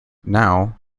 now